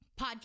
podcast